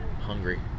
Hungry